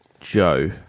Joe